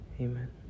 Amen